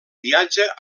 viatge